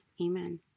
Amen